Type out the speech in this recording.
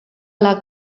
ala